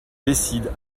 décide